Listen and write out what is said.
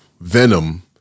venom